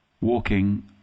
walking